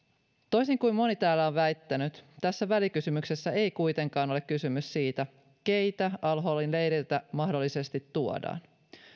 toisin kuin moni täällä on väittänyt tässä välikysymyksessä ei kuitenkaan ole kysymys siitä keitä al holin leiriltä mahdollisesti tuodaan